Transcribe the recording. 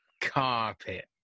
carpet